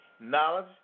knowledge